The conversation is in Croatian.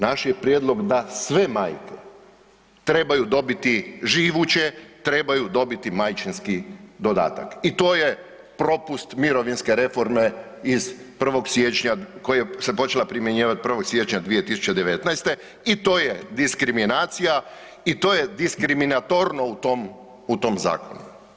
Naš je prijedlog da sve majke trebaju dobiti živuće, trebaju dobiti majčinski dodatak i to je propust mirovinske reforme koja se počela primjenjivati 1. siječnja 2019. i to je diskriminacija i to je diskriminatorno u tom zakonu.